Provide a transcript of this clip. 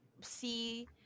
see